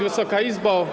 Wysoka Izbo!